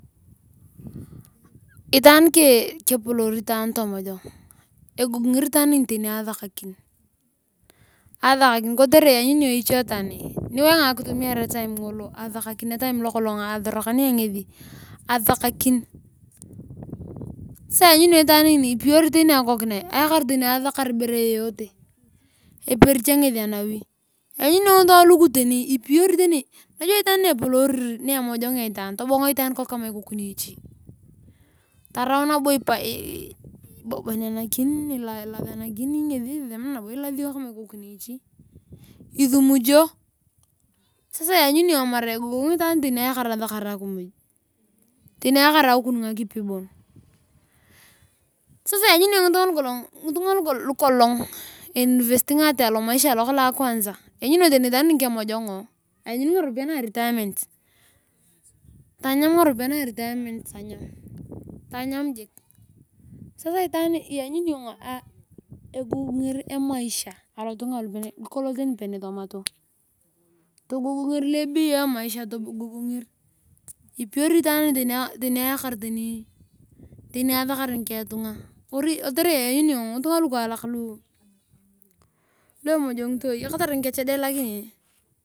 Itaan kepoloor tomojong egogenger itaan ngini tani asakakiri kotere lanyuni ichi itaan niwainga akitumia etine ngolo asakakin etime lokolong asorokanea ngesi sasa itaan ngini ipiyoni asakar eperi aha ngesi anairi lanyuni itaani ni emojonga tobongo itaan kok ikoku nich tarau nabo ibobonenakin ilasanakin ngesi nab ilasio kama ikoku nichi isumujio ejogenger tani itaan ngini asakar akimuy tani aokun ngakipi bon sasa ngitunga lukolong envishngate alomaisha alokong akwansa taani ngini tani kemojongoo lanyuni ngaropiyae na retirement tanyam ngaropiyae nguna sasa ngitunga lupenisomato eyogenger emaisha ipiyeni itaani ngini tani asakar ngiketunga.